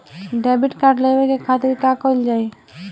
Debit card लेवे के खातिर का कइल जाइ?